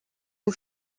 aux